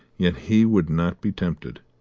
yet he would not be tempted,